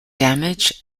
damage